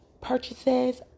purchases